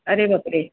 अरे बापरे